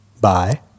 Bye